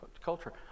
culture